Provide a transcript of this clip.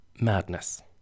madness